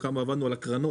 כמה עבדנו על הקרנות,